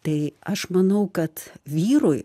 tai aš manau kad vyrui